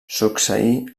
succeí